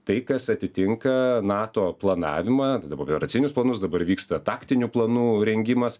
tai kas atitinka nato planavimą operacinius planus dabar vyksta taktinių planų rengimas